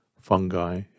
fungi